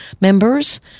members